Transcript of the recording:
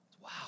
Wow